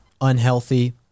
unhealthy